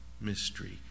mystery